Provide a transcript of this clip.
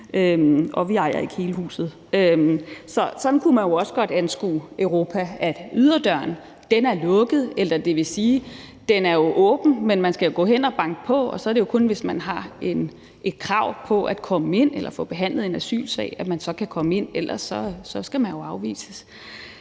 og vi ejer ikke hele huset. Så sådan kunne man jo også godt anskue Europa, altså at yderdøren er lukket, eller det vil sige, at den er åben, men at man jo skal gå hen og banke på, og så er det kun, hvis man har et krav på at komme ind eller få behandlet en asylsag, at man så kan komme ind, for ellers skal man jo afvises.